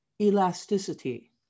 elasticity